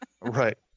Right